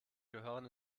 gehören